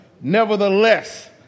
Nevertheless